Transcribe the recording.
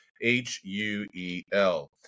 H-U-E-L